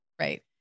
Right